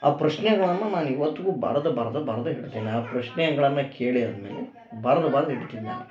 ಆ ಪ್ರಶ್ನೆಗಳನ್ನು ನಾನು ಇವತ್ತಿಗೂ ಬರ್ದು ಬರ್ದು ಬರ್ದು ಇಡ್ತೀನಿ ಆ ಪ್ರಶ್ನೆಗಳನ್ನು ಕೇಳಿ ಆದ ಮೇಲೆ ಬರ್ದು ಬರ್ದು ಇಡ್ತೀನಿ ನಾನು